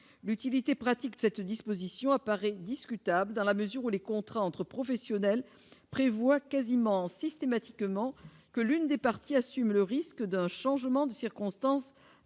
l'utilité pratique cette disposition apparaît discutable dans la mesure où les contrats entre professionnels prévoient quasiment systématiquement que l'une des parties assument le risque d'un changement de circonstances